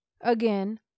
again